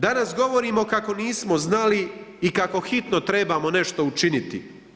Danas govorimo kako nismo znali i kako hitno trebamo nešto učiniti.